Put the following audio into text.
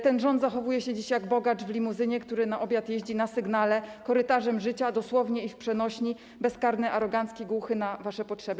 Ten rząd zachowuje się dziś jak bogacz w limuzynie, który na obiad jeździ na sygnale korytarzem życia, dosłownie i w przenośni, bezkarny, arogancki, głuchy na wasze potrzeby.